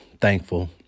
thankful